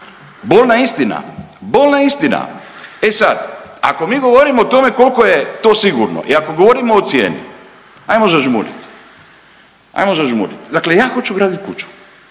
Bolna istina, bolna istina! E sad, ako mi govorimo o tome koliko je to sigurno i ako govorimo o cijeni hajmo zažmuriti, hajmo zažmuriti. Dakle, ja hoću graditi kuću,